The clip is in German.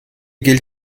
gilt